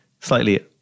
slightly